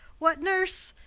what, nurse,